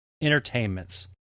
entertainments